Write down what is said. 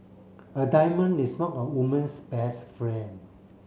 a diamond is not a woman's best friend